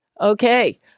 Okay